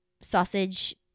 sausage